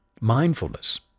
mindfulness